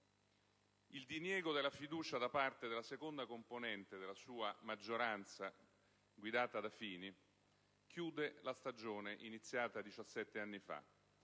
Il diniego della fiducia da parte della seconda componente della sua maggioranza, guidata da Fini, chiude la stagione iniziata 17 anni fa,